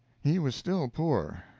he was still poor,